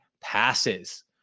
passes